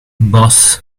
boss